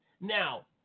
Now